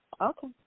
Okay